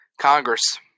Congress